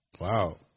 Wow